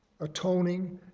atoning